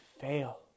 fail